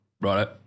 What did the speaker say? Right